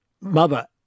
mother